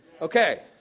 Okay